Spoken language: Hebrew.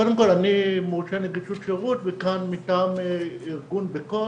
קודם כל אני מורשה נגישות שירות מטעם ארגון בקול,